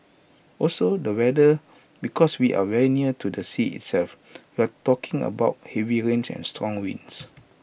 also the weather because we are very near to the sea itself you're talking about heavy rains and strong winds